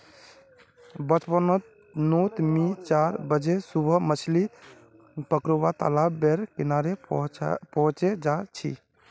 बचपन नोत मि चार बजे सुबह मछली पकरुवा तालाब बेर किनारे पहुचे जा छी